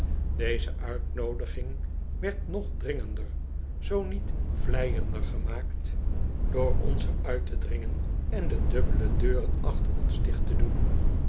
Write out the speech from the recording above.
deze uitnoodiging werd nog dringender zoo niet vleiender gemaakt door ons eenige herinneringen aangaande sterfgevallen er uit te dringen en de dubbele deuren achter ons dicht te doen